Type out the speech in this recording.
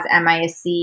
misc